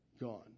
gone